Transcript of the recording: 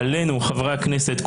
עלינו חברי הכנסת,